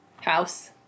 House